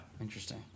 Interesting